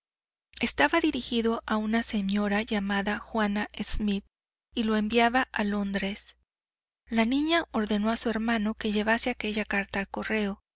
estaba dirigido a una señora llamada juana smith y lo enviaba a londres la niña ordenó a su hermano que llevase aquella carta al correo